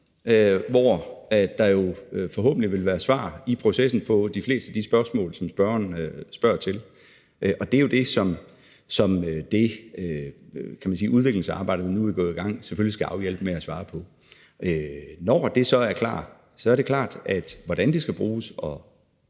vil jo forhåbentlig vil være svar i processen på de fleste af de spørgsmål, som spørgeren stiller. Det er jo det, som det, kan man sige, udviklingsarbejde, der nu vil gå i gang, selvfølgelig skal hjælpe med at svare på. Når det så er klar, er det klart, at hvordan det skal bruges